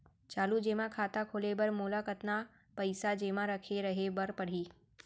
चालू जेमा खाता खोले बर मोला कतना पइसा जेमा रखे रहे बर पड़ही?